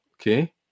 okay